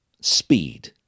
Speed